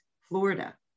Florida